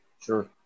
Sure